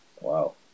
Wow